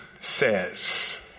Says